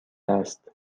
است